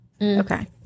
Okay